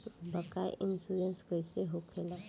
Bike insurance कैसे होखे ला?